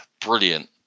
brilliant